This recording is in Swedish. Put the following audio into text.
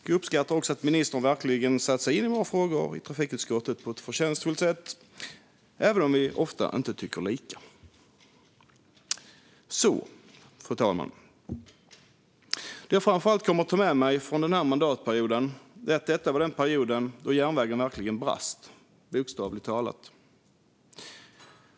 Jag uppskattar också att ministern verkligen har satt sig in i våra frågor i trafikutskottet på ett förtjänstfullt sätt, även om vi ofta inte tycker lika. Fru talman! Det som jag framför allt kommer att ta med mig från denna mandatperiod är att detta var den period då järnvägen verkligen brast, bokstavligt talat.